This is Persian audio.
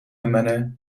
منه